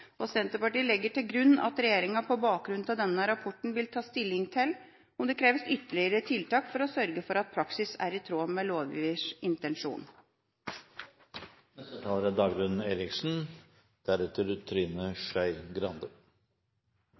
Senterpartiet legger til grunn at regjeringa på bakgrunn av denne rapporten vil ta stilling til om det kreves ytterligere tiltak for å sørge for at praksis er i tråd med lovgivers intensjon. Stadig flere asylsøkerbarn vokser opp i Norge uten lovlig opphold. Dette er